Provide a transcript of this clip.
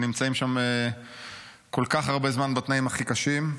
הם נמצאים שם כל כך הרבה זמן, בתנאים הכי קשים.